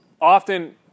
often